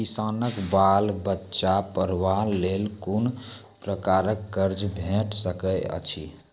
किसानक बाल बच्चाक पढ़वाक लेल कून प्रकारक कर्ज भेट सकैत अछि?